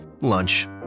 lunch